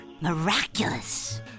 Miraculous